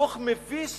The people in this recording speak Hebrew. דוח מביש